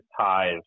ties